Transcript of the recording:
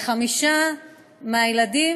וחמישה מהילדים,